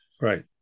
Right